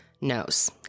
knows